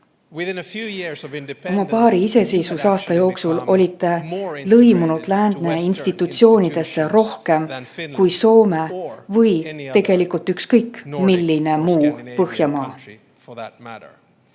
Oma paari iseseisvusaasta jooksul olite lõimunud lääne institutsioonidesse rohkem kui Soome või tegelikult ükskõik milline muu Põhjamaade